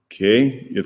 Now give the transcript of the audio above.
Okay